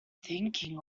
thinking